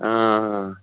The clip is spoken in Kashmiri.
آ